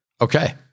Okay